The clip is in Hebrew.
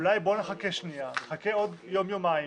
אולי בואו נחכה עוד יום-יומיים,